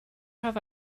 have